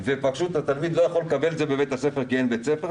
ופשוט התלמיד לא יכול לקבל את זה בבית הספר כי אין בית ספר,